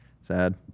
Sad